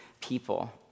people